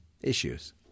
issues